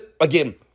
again